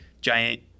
giant